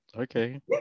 okay